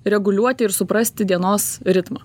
reguliuoti ir suprasti dienos ritmą